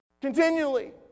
Continually